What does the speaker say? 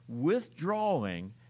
withdrawing